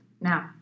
Now